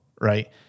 right